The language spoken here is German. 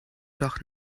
doch